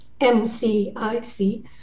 MCIC